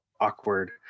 awkward